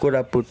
Koraput